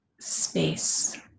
space